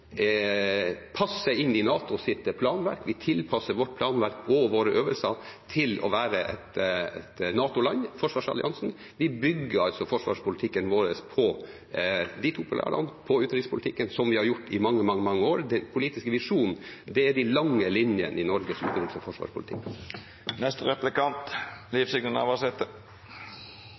passer inn i NATOs planverk. Vi tilpasser vårt planverk og våre øvelser til å være et NATO-land i forsvarsalliansen. Vi bygger forsvarspolitikken vår på de to pilarene og på utenrikspolitikken, som vi har gjort i mange, mange år. Den politiske visjonen er de lange linjene i Norges utenriks- og forsvarspolitikk.